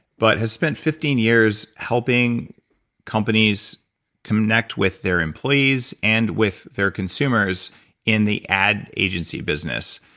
but has spent fifteen years helping companies connect with their employees and with their consumers in the ad agency business.